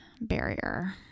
barrier